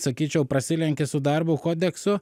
sakyčiau prasilenkia su darbo kodeksu